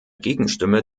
gegenstimme